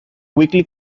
weekly